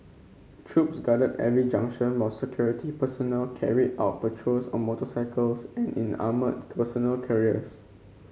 troops guarded every junction while security personnel carried out patrols on motorcycles and in armoured personnel carriers